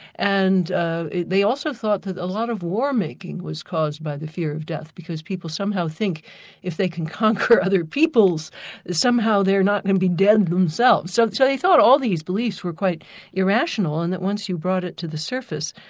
and ah they also thought that a lot of war-making was caused by the fear of death, because people somehow think if they can conquer other peoples somehow they're not going to be dead themselves. so so they thought all these beliefs were quite irrational, and that once you brought it to the surface,